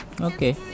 Okay